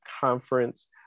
conference